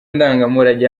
ndangamurage